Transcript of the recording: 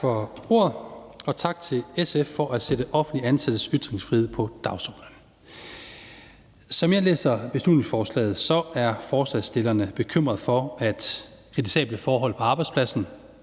Tak for ordet. Og tak til SF for at sætte offentligt ansattes ytringsfrihed på dagsordenen. Som jeg læser beslutningsforslaget, er forslagsstillerne bekymret for, at kritisabelt forhold på arbejdspladsen